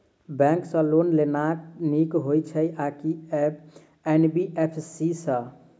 Bank सँ loan लेनाय नीक होइ छै आ की एन.बी.एफ.सी सँ?